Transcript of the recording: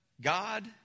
God